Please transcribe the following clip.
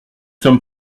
sommes